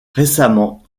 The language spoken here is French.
récemment